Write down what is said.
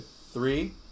Three